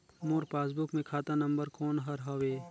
मोर passbook मे खाता number कोन हर हवे?